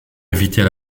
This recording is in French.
éviter